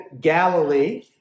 Galilee